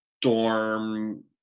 dorm